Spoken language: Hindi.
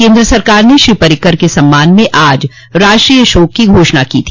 केन्द्र सरकार ने श्री पर्रिकर के सम्मान में आज राष्ट्रीय शोक की घोषणा की है